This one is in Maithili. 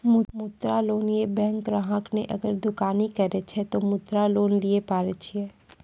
मुद्रा लोन ये बैंक ग्राहक ने अगर दुकानी करे छै ते मुद्रा लोन लिए पारे छेयै?